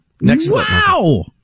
Wow